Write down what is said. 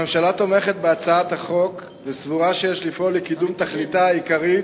הממשלה תומכת בהצעת החוק וסבורה שיש לפעול לקידום תכליתה העיקרית: